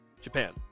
Japan